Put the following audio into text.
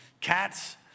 Cats